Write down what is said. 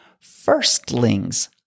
firstlings